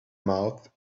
mouth